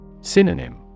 Synonym